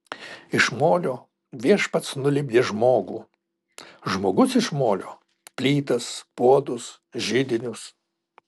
iš molio viešpats nulipdė žmogų žmogus iš molio plytas puodus židinius